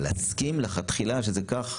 אבל להסכים מלכתחילה שזה כך?